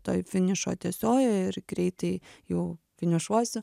toj finišo tiesiojoj ir greitai jau finišuosiu